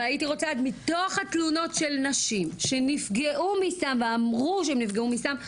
אבל הייתי רוצה מתוך התלונות של נשים שנפגעו מסם ואמרו שהן נפגעו מסם,